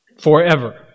forever